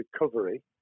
recovery